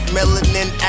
Melanin